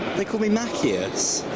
they called me makius!